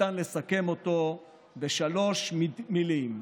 ניתן לסכם אותו בשלוש מילים: